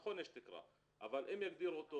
נכון, יש תקרה, אבל אם יגדירו אותו